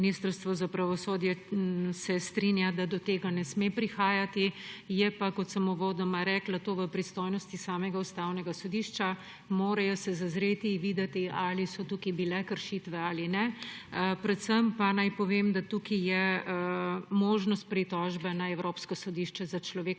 ministrstvo absolutno strinja, da do tega ne sme prihajati. Je pa, kot sem uvodoma rekla, to v pristojnosti samega Ustavnega sodišča. Morajo se zazreti, videti, ali so tukaj bile kršitve ali ne. Predvsem pa naj povem, da tukaj je možnost pritožbe na Evropsko sodišče za človekove